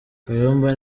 kayumba